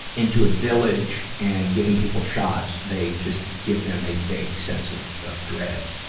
into a village and giving people shots, they just give them a vague sense of, ah, dread.